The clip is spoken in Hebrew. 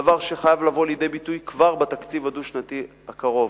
דבר שחייב לבוא לידי ביטוי כבר בתקציב הדו-שנתי הקרוב,